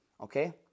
okay